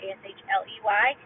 Ashley